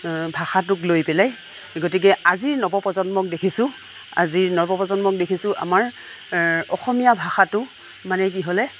ভাষাটোক লৈ পেলায় গতিকে আজিৰ নৱপ্ৰজন্মক দেখিছোঁ আজিৰ নৱপ্ৰজন্মক দেখিছোঁ আমাৰ অসমীয়া ভষাটো মানে কিহ'লে